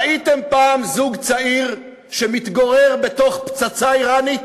ראיתם פעם זוג צעיר שמתגורר בתוך פצצה איראנית?